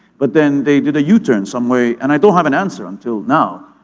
but then they did a yeah u-turn some way, and i don't have an answer until now,